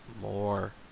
more